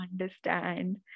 understand